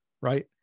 right